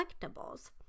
collectibles